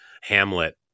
hamlet